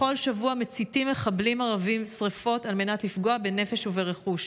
בכל שבוע מציתים מחבלים ערבים שרפות על מנת לפגוע בנפש וברכוש.